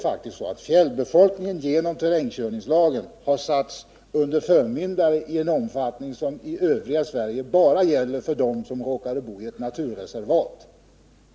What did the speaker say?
Fjällbefolkningen har genom terrängkörningslagen satts under förmyndare i en omfattning som i övriga Sverige bara gäller för dem som råkar bo i ett naturreservat.